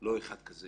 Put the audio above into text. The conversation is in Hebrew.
לא אחד כזה